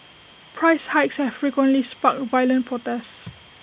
price hikes have frequently sparked violent protests